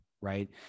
right